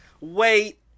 Wait